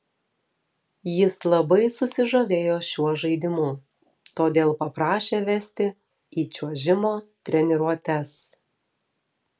jis labai susižavėjo šiuo žaidimu todėl paprašė vesti į čiuožimo treniruotes